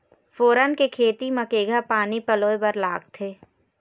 फोरन के खेती म केघा पानी पलोए बर लागथे?